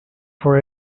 for